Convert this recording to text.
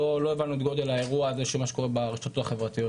לא הבנו את גודל האירוע הזה של מה שקורה ברשתות החברתיות.